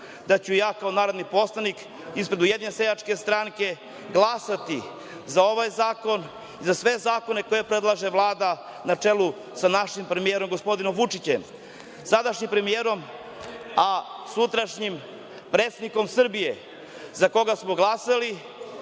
da ću ja kao narodni poslanik ispred Ujedinjene seljačke stranke glasati za ovaj zakon i za sve zakone koje predlaže Vlada na čelu sa našim premijerom gospodinom Vučićem. Sadašnjim premijerom, a sutrašnjim predsednikom Srbije za koga smo glasali